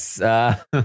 Yes